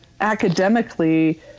academically